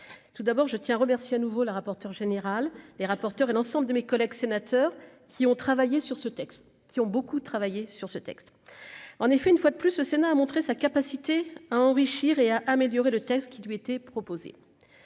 tout d'abord je tiens à remercier à nouveau la rapporteure générale, les rapporteurs et l'ensemble de mes collègues sénateurs qui ont travaillé sur ce texte, qui ont beaucoup travaillé sur ce texte, en effet, une fois de plus, le Sénat a montré sa capacité à enrichir et à améliorer le texte, qui lui était proposé,